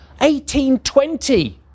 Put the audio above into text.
1820